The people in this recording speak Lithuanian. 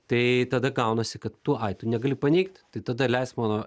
tai tada gaunasi kad tu ai tu negali paneigt tai tada leisk mano